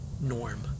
norm